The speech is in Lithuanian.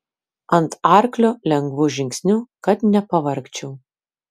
ant arklio lengvu žingsniu kad nepavargčiau